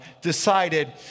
decided